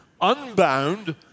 unbound